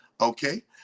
Okay